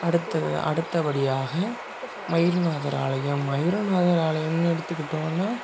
அடுத்த அடுத்த படியாக மயூர்நாதர் ஆலயம் மயூரநாதர் ஆலயம்னு எடுத்துகிட்டோம்னா